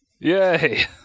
Yay